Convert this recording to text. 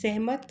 सहमत